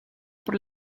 por